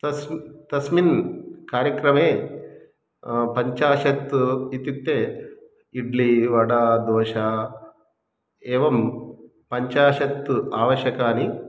तस्मिन् तस्मिन् कार्यक्रमे पञ्चाशत् इत्युक्ते इड्ली वडा दोशा एवं पञ्चाशत् आवश्यकानि